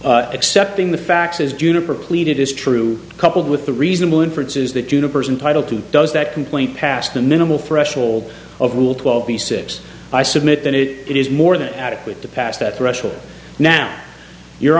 is accepting the facts as juniper pleaded is true coupled with the reasonable inference is that universe and title two does that complaint past the minimal threshold of rule twelve b six i submit that it is more than adequate to pass that threshold now you